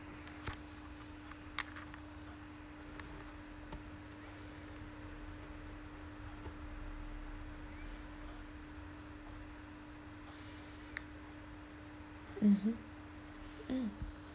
mmhmm mm